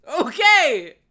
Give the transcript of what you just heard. Okay